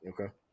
Okay